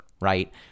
right